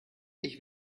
ich